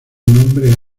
nombre